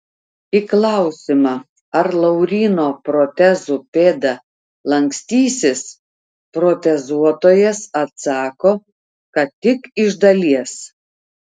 į klausimą ar lauryno protezų pėda lankstysis protezuotojas atsako kad tik iš dalies